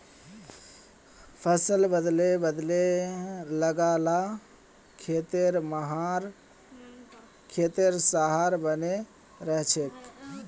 फसल बदले बदले लगा ल खेतेर सहार बने रहछेक